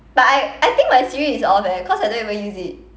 but I I think my siri is off eh cause I don't even use it